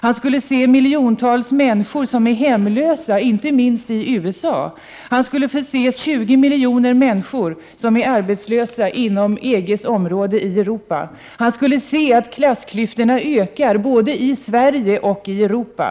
Han skulle se miljontals människor som är hemlösa, inte minst i USA. Han skulle se 20 miljoner människor som är arbetslösa inom EG:s område i Europa och han skulle se att klassklyftorna ökar både i Sverige och i det övriga Europa.